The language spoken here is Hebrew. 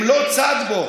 הם לא צד בו.